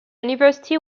university